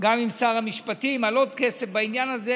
גם עם שר המשפטים על עוד כסף בעניין הזה,